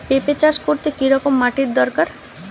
পেঁপে চাষ করতে কি রকম মাটির দরকার?